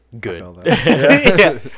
Good